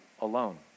alone